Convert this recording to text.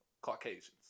Caucasians